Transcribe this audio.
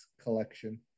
collection